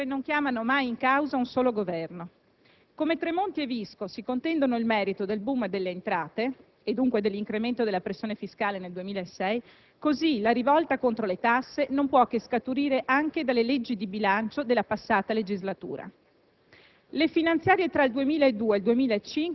Ma le proteste fiscali a cavallo fra due legislature non chiamano mai in causa un solo Governo. Come Tremonti e Visco si contendono il merito del *boom* delle entrate e, dunque, dell'incremento della pressione fiscale nel 2006, così la rivolta contro le tasse non può che scaturire anche dalle leggi di bilancio della passata legislatura.